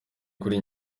kuri